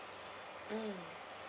mm